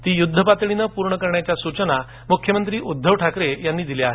ती युद्ध पातळीवर पूर्ण करण्याच्या सूचना मुख्यमंत्री उद्दव ठाकरे यांनी दिल्या आहेत